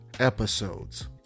Episodes